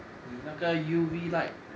你那个 U_V light